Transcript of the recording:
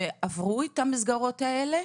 שעברו את המסגרות האלה,